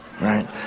right